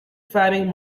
faring